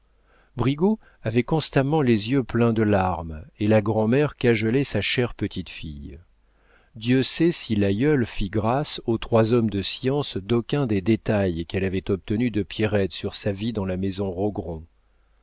brigaut avait constamment les yeux pleins de larmes et la grand'mère cajolait sa chère petite fille dieu sait si l'aïeule fit grâce aux trois hommes de science d'aucun des détails qu'elle avait obtenus de pierrette sur sa vie dans la maison